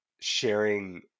sharing